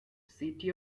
city